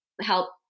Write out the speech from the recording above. help